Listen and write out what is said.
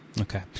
Okay